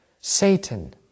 Satan